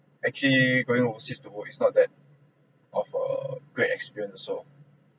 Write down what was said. actually you going overseas to work ir's not that of a great experience so